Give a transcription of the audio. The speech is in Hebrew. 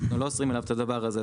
אנחנו לא אוסרים עליו את הדבר הזה.